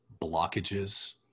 blockages